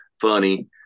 funny